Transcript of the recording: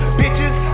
bitches